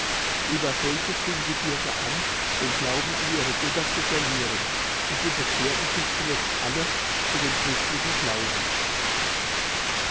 ueber solches fingen die bürger an den glauben an ihre götter zu verlieren und sie bekehrten sich zuletzt alle zu dem christlichen glauben